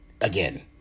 Again